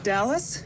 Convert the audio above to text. Dallas